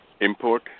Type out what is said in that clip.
import